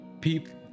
people